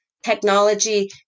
technology